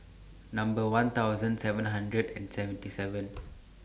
Number one thousand seven hundred and seventy seven